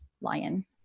lion